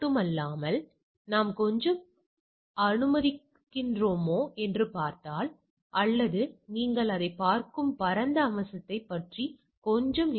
இங்கே நாம் 5 கட்டின்மை கூறுகளுக்கும் ஒருமுனை 95 க்கும் எடுத்துக்கொள்கிறோம்